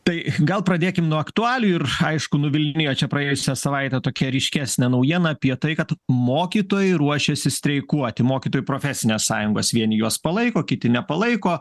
tai gal pradėkim nuo aktualijų ir aišku nuvilnijo čia praėjusią savaitę tokia ryškesnė naujiena apie tai kad mokytojai ruošiasi streikuoti mokytojų profesinės sąjungos vieni juos palaiko kiti nepalaiko